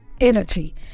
energy